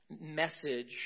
message